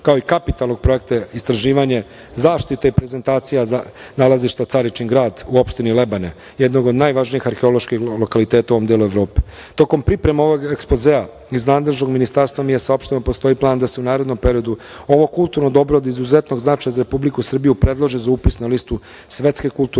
kao i kapitalnog projekta, istraživanje, zaštita i prezentacija nalazišta Caričin grad u opštini Lebane, jednog od najvažnijih arheoloških lokaliteta u ovom delu Evrope. Tokom pripreme ovog ekspozea iz nadležnog ministarstva mi je saopšteno da postoji plan da se u narednom periodu ovo kulturno dobro od izuzetnog značaja za Republiku Srbiju predloži za upis na listu Svetske kulturne